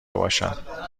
باشد